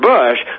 Bush